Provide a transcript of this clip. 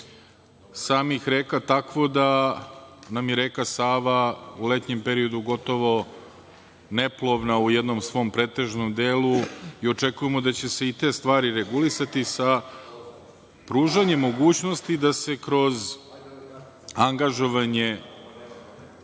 samih reka takvo da nam je reka Sava u letnjem periodu gotovo neplovna u jednom svom pretežnom delu. Očekujemo da će se i te stvari regulisati, sa pružanjem mogućnosti da se kroz angažovanje